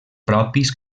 propis